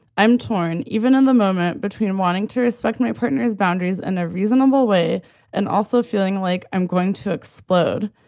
i'm torn. even in the moment between wanting to respect my partner's boundaries in and a reasonable way and also feeling like i'm going to explode,